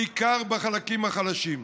בעיקר בחלקים החלשים.